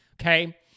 okay